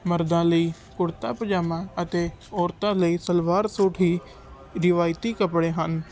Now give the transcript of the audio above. ਮਰਦਾਂ ਲਈ ਕੁੜਤਾ ਪਜਾਮਾ ਅਤੇ ਔਰਤਾਂ ਲਈ ਸਲਵਾਰ ਸੂਟ ਹੀ ਰਿਵਾਇਤੀ ਕੱਪੜੇ ਹਨ